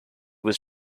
was